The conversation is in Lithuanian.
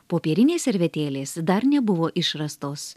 popierinės servetėlės dar nebuvo išrastos